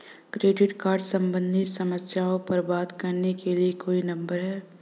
Credit card सम्बंधित समस्याओं पर बात करने के लिए कोई नंबर है?